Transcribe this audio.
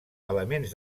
elements